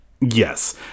Yes